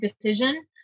decision